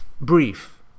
brief